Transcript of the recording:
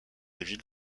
ville